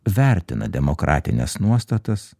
vertina demokratines nuostatas